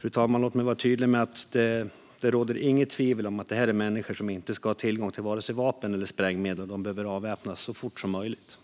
Låt mig vara tydlig med, fru talman, att det inte råder något tvivel om att det här är människor som inte ska ha tillgång till vare sig vapen eller sprängmedel. De behöver avväpnas så fort som möjligt.